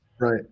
right